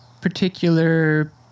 particular